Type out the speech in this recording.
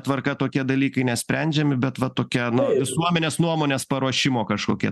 tvarka tokie dalykai nesprendžiami bet vat tokia na visuomenės nuomonės paruošimo kažkokia